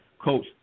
Coach